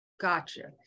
gotcha